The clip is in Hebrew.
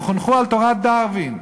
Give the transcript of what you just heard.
הם חונכו על תורת דרווין.